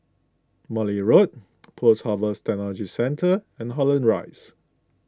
Morley Road Post Harvest Technology Centre and Holland Rise